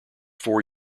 four